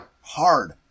hard